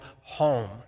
home